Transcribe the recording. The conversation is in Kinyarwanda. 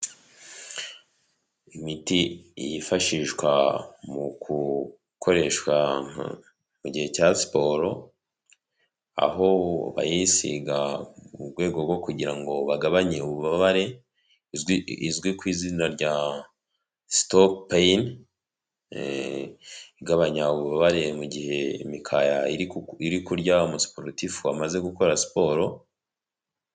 Imiti yifashishwa mu gukoreshwa mu gihe cya siporo, aho bayisiga mu rwego rwo kugira ngo bagabanye ububabare, izwi kw’izina rya stop pain, igabanya ububabare mu gihe imikaya iri kurya umusiporitifu wamaze gukora siporo.